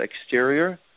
exterior